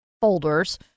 folders